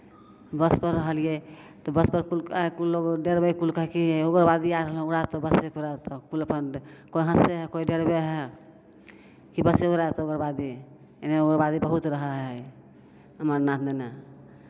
बसपर रहलियै तऽ बसपर कुल कुल लोक डरबै कुल कहै कि उग्रवादी आ रहलै हइ उड़ा देतौ बसेकेँ उड़ा देतौ कुल अपन कोइ हँसै हइ कोइ डरबै हइ कि बसे उड़ा देतौ उग्रवादी एन्नऽ बहुत रहैत हइ अमरनाथ नेने